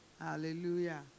Hallelujah